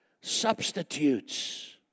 Substitutes